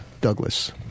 Douglas